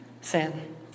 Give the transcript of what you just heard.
sin